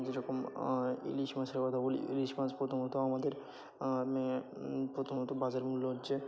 যে রকম ইলিশ মাছের কথা বলি ইলিশ মাছ প্রথমত আমাদের মেয়ে প্রথমত বাজারমূল্য হচ্ছে